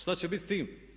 Šta će bit s tim?